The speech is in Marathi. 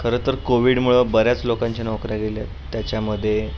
खरंतर कोविडमुळे बऱ्याच लोकांच्या नोकऱ्या गेल्या आहेत त्याच्यामध्ये